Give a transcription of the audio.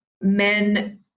men